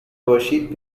باشید